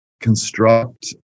construct